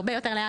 הרבה יותר לאט,